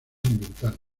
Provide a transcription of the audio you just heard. ambientales